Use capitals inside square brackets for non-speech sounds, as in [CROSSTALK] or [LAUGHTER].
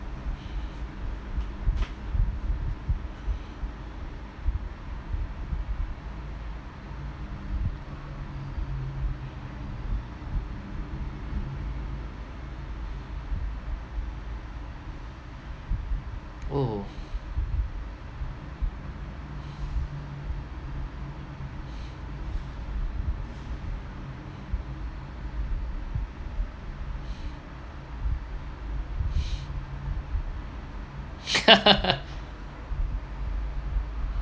oh [LAUGHS]